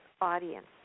audience